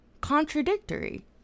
contradictory